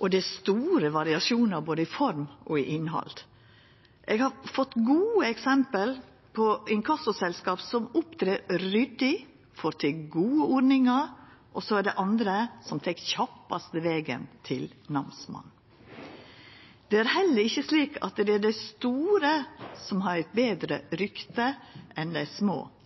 og det er store variasjonar både i form og i innhald. Eg har fått gode eksempel på inkassoselskap som opptrer ryddig og får til gode ordningar, og så er det andre som tek den kjappaste vegen til namsmannen. Det er heller ikkje slik at dei store har eit betre rykte enn dei små.